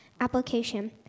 Application